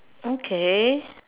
okay